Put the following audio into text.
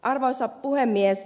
arvoisa puhemies